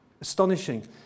Astonishing